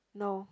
no